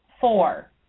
Four